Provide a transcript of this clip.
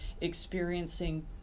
experiencing